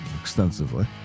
extensively